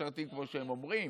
משרתים כמו שהם אומרים.